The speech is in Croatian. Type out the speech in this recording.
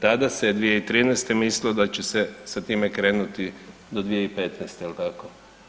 Tada se 2013. mislilo da će se sa time krenuti do 2015., jel tako?